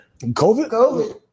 Covid